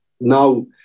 Now